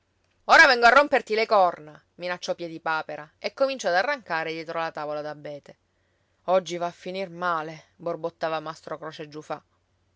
ora vengo a romperti le corna minacciò piedipapera e cominciò ad arrancare dietro la tavola d'abete oggi va a finir male borbottava mastro croce giufà